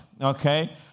Okay